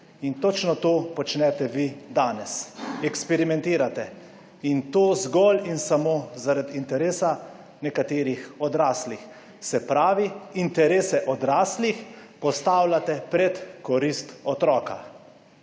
in točno to počnete vi danes. Eksperimentirate in to zgolj in samo zaradi interesa nekaterih odraslih. Se pravi, interese odraslih postavljate pred korist otroka.